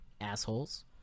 assholes